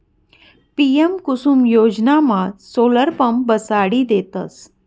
PM Kusum योजनामा solar pump बसाडी देतस